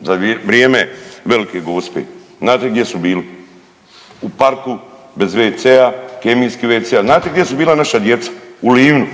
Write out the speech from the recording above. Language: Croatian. za vrijeme Velike Gospe znate gdje su bili? U parku bez WC-a, kemijskih WC-a, a znate gdje su bila naša djeca? U Livnu.